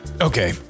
okay